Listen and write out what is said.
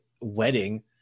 wedding